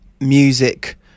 music